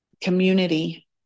community